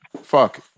Fuck